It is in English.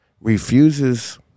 refuses